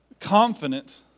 confident